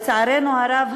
לצערנו הרב,